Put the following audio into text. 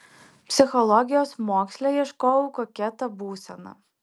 psichologijos moksle ieškojau kokia ta būsena